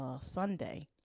Sunday